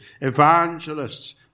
evangelists